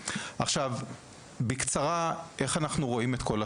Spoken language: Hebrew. עכשיו בקצרה לגבי איך אנחנו רואים את כל התמונה.